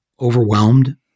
overwhelmed